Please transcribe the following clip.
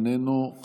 איננו,